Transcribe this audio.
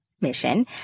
mission